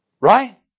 Right